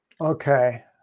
Okay